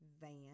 van